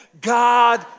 God